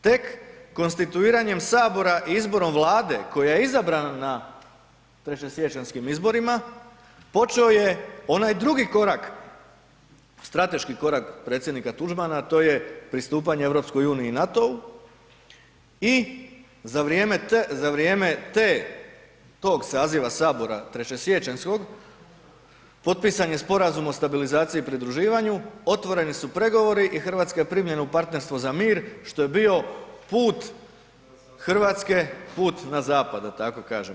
Tek konstituiranjem Sabora i izborom Vlade koja je izabrana na treće siječanjskim izborima, počeo je onaj drugi korak, strateški korak Predsjednika Tuđmana a to je pristupanje EU-u i NATO-u i za vrijeme tog saziva Sabora treće siječanjskog, potpisan je sporazum o stabilizaciji i pridruživanje, otvoreni su pregovori i Hrvatska je primljena u partnerstvo za mir što je bio put Hrvatske, put na zapad, da tako kažem.